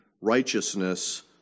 righteousness